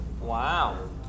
Wow